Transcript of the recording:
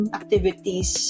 activities